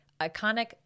iconic